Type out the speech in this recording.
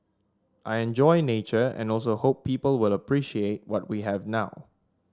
I enjoy nature and also hope people will appreciate what we have now